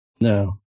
no